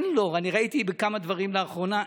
אני ראיתי בכמה דברים לאחרונה,